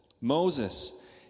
Moses